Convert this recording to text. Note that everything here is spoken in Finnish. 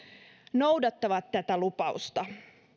noudattavat tätä lupausta